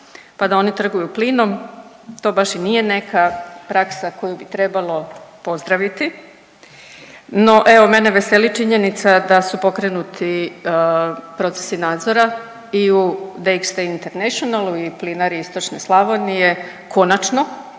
pa da oni trguju plinom, to baš i nije neka praksa koju bi trebalo pozdraviti. No, evo, mene veseli činjenica da su pokrenuti procesi nadzora i u DXT International i Plinari istočne Slavonije, konačno.